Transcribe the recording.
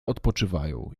odpoczywają